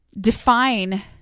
define